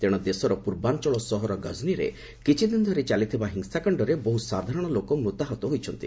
ତେଶେ ଦେଶର ପୂର୍ବାଞ୍ଚଳ ସହର ଗଜନୀରେ କିଛିଦିନ ଧରି ଚାଲିଥିବା ହିଂସାକାଶ୍ତରେ ବହୁ ସାଧାରଣ ଲୋକ ମୃତାହତ ହୋଇଛନ୍ତି